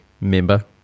member